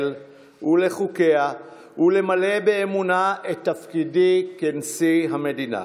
ולחוקיה ולמלא באמונה את תפקידי כנשיא המדינה".